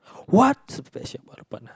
what is special about the partner